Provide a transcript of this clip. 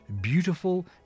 beautiful